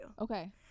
okay